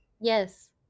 Yes